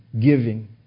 giving